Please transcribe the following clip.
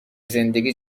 زندگی